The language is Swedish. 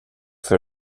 för